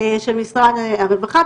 של משרד הרווחה,